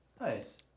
Nice